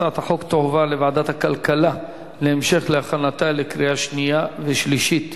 הצעת החוק תועבר לוועדת הכלכלה להכנתה לקריאה שנייה ושלישית.